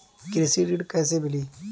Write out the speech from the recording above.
कृषि ऋण कैसे मिली?